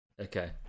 Okay